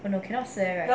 oh no cannot share right